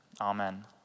Amen